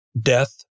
death